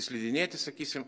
slidinėti sakysim